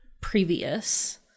previous